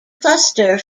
cluster